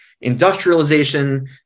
industrialization